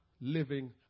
living